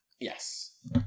Yes